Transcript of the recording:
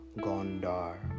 Gondar